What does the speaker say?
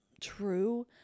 true